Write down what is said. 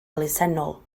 elusennol